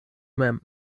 mem